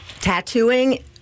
Tattooing